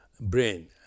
brain